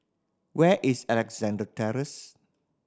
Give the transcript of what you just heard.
where is Alexandra Terrace